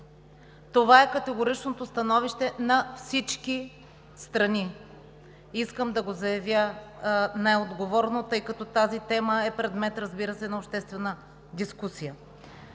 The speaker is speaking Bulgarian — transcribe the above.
Това е категоричното становище на всички страни. Искам да го заявя най-отговорно, тъй като тази тема е предмет, разбира се, на обществена дискусия.